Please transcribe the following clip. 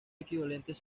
equivalentes